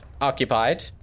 occupied